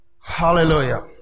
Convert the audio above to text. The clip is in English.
Hallelujah